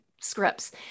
scripts